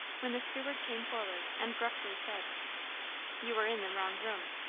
when the steward came forward and gruffly said you are in the wrong room.